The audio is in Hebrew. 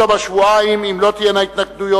בתום השבועיים, אם לא תהיינה התנגדויות,